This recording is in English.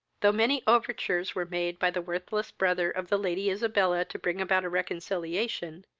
though many overtures were made by the worthless brother of the lady isabella to bring about a reconciliation,